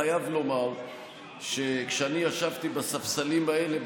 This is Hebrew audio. חייב לומר שכשאני ישבתי על הספסלים האלה,